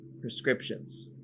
prescriptions